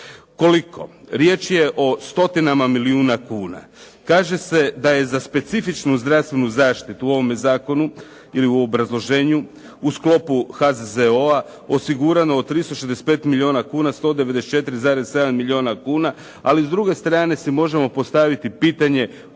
Koliko? Riječ je o stotinama milijuna kuna. Kaže se da je za specifičnu zdravstvenu zaštitu u ovome zakonu ili u obrazloženju u sklopu HZZO-a osigurano od 365 milijuna kuna 194,7 milijuna kuna ali s druge strane si možemo postaviti pitanje koliko